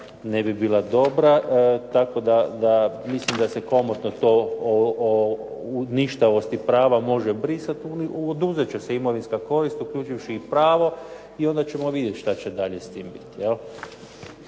ne bi bila dobra, tako da mislim da se komotno o ništavosti prava može brisati. Oduzeti će se imovinska korist, uključivši i pravo i onda ćemo vidjeti šta će dalje s tim biti.